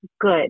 good